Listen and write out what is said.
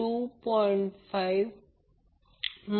25 j2